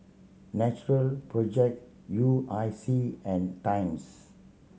Natural Project U I C and Times